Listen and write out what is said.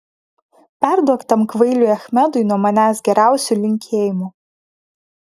perduok tam kvailiui achmedui nuo manęs geriausių linkėjimų